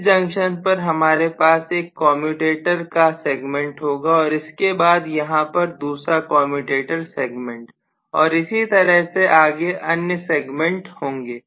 इस जंक्शन पर हमारे पास एक कमयुटेटर का सेगमेंट होगा और इसके बाद यहां पर दूसरा कमयुटेटर सेगमेंट और इसी तरह से आगे अन्य सेगमेंट होंगे